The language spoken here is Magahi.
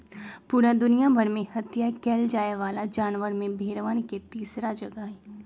पूरा दुनिया भर में हत्या कइल जाये वाला जानवर में भेंड़वन के तीसरा जगह हई